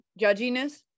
Judginess